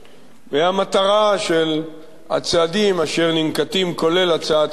המטרה של הצעדים אשר ננקטים, כולל הצעת חוק זאת,